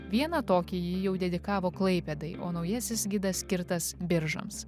vieną tokį ji jau dedikavo klaipėdai o naujasis gidas skirtas biržams